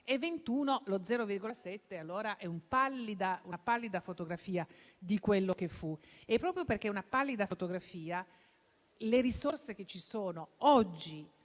allora lo 0,7 per cento è una pallida fotografia di quello che fu. Proprio perché è una pallida fotografia, le risorse che ci sono oggi